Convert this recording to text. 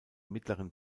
mittleren